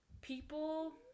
people